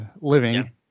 living